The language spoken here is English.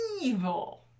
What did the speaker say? Evil